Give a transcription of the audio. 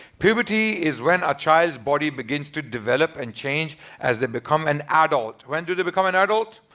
puberty is when a child's body begins to develop and change as they become an adult when do they become an adult?